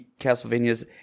Castlevanias